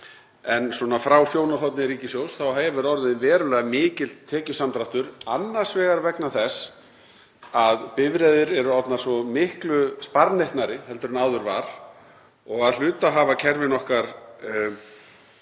en frá sjónarhorni ríkissjóðs hefur orðið verulega mikill tekjusamdráttur, annars vegar vegna þess að bifreiðir eru orðnar svo miklu sparneytnari heldur en áður var og að hluta hafa kerfin okkar